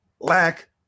Lack